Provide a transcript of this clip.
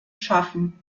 schaffen